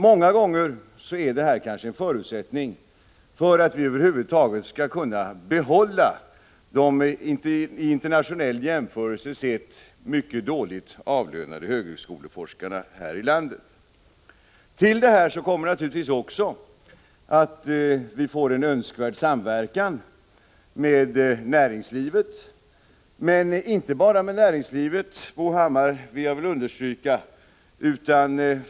Många gånger är det kanske en förutsättning för att vi över huvud taget skall kunna behålla de vid en internationell jämförelse mycket dåligt avlönade högskoleforskarna här i landet. Till detta kommer naturligtvis också att vi får en önskvärd samverkan med näringslivet — men inte bara med näringslivet, det vill jag understryka, Bo Hammar.